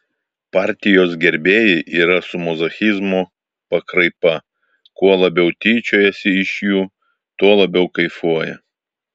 partijos gerbėjai yra su mazochizmo pakraipa kuo labiau tyčiojasi iš jų tuo labiau kaifuoja